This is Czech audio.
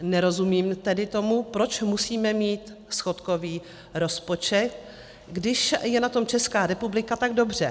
Nerozumím tedy tomu, proč musíme mít schodkový rozpočet, když je na tom Česká republika tak dobře?